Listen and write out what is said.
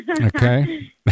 Okay